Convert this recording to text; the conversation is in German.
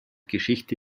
geschichte